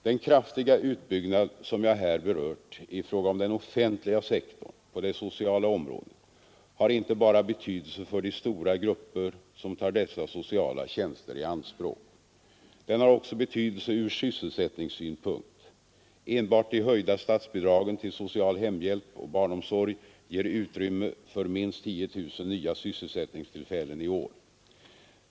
Den kraftiga utbyggnad som jag här berört i fråga om den offentliga sektorn på det sociala området har inte bara betydelse för de stora grupper som tar dessa sociala tjänster i anspråk. Den har också betydelse ur sysselsättningssynpunkt. Enbart de höjda statsbidragen till social hemhjälp och barnomsorg ger utrymme för minst 10 000 nya sysselsättningstillfällen i år.